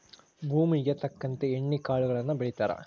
ಭೂಮುಗೆ ತಕ್ಕಂತೆ ಎಣ್ಣಿ ಕಾಳುಗಳನ್ನಾ ಬೆಳಿತಾರ